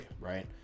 right